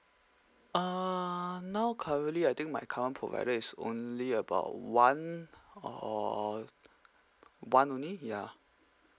uh now currently I think my current provider is only about one or one only ya